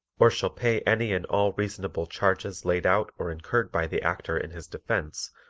or shall pay any and all reasonable charges laid out or incurred by the actor in his defense,